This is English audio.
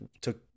took